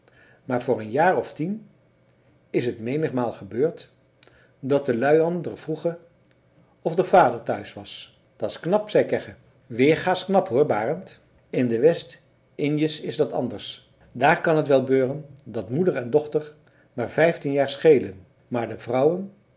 maar voor een jaar of tien is et mennigmaal gebeurd dat de lui an der vroegen of er vader thuis was dat s knap zei kegge weergaasch knap hoor barend in de westinjes is dat anders daar kan t wel beuren dat moeder en dochter maar vijftien jaar schelen maar de vrouwen